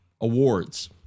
awards